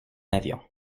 avion